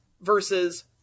versus